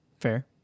Fair